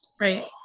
right